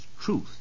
truth